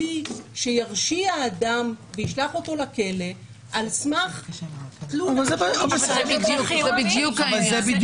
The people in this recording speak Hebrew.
שירשיע אדם וישלח אותו לכלא על סמך --- זה בדיוק העניין.